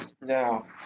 Now